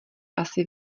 asi